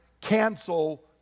cancel